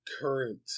current